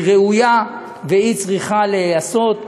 היא ראויה והיא צריכה להיעשות.